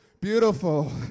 beautiful